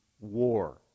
war